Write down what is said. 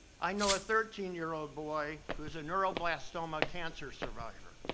i know a thirteen year old boy, who's a neuroblastoma cancer survivor,